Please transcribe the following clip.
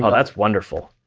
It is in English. so that's wonderful.